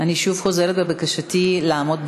אני שוב חוזרת על בקשתי לעמוד בזמנים.